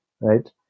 Right